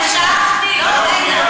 שאלתי אותך